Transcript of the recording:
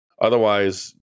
Otherwise